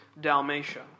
Dalmatia